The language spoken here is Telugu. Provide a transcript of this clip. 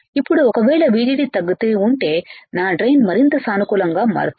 ఇప్పుడు ఒకవేళVGD తగ్గుతూ ఉంటే అంటే నా డ్రెయిన్ మరింత సానుకూలంగా మారుతోంది